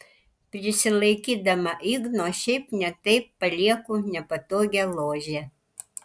prisilaikydama igno šiaip ne taip palieku nepatogią ložę